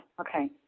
Okay